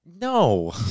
No